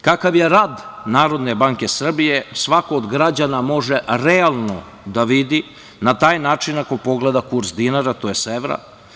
Kakav je rad Narodne banke Srbije svako od građana može realno da vidi na taj način ako pogleda kurs dinara, tj. evra.